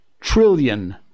trillion